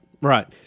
right